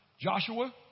Joshua